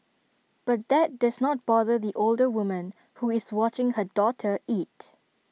but that does not bother the older woman who is watching her daughter eat